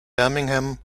birmingham